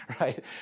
right